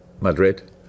Madrid